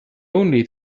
only